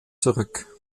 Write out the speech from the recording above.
zurück